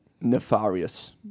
nefarious